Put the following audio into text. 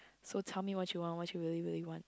so tell me what you want what you really really want